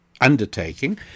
undertaking